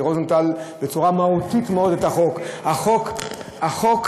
לא רק שאתה, אתה גם הקטנת את עצמך, שרק הצטרפת,